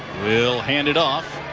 will hand it off